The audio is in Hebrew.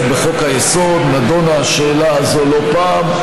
בחוק-היסוד ונדונה השאלה הזאת לא פעם.